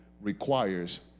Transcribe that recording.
requires